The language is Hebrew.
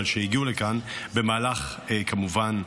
אבל שהגיעו לכאן במהלך הלחימה,